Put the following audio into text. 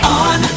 on